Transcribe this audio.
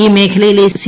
ഈ മേഖലയിലെ സി